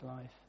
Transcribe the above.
life